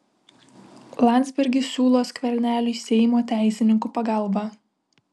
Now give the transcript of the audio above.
landsbergis siūlo skverneliui seimo teisininkų pagalbą